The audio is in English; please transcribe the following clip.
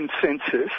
consensus